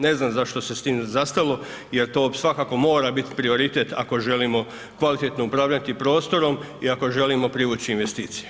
Ne znam zašto se s tim zastalo jer to svakako mora biti prioritet ako želimo kvalitetno upravljati prostorom i ako želimo privući investicije.